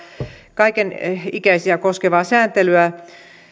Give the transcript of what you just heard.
kaikenikäisiä koskevaa sääntelyä